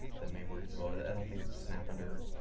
that may work as well. but i don't think it's a snap under